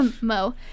Mo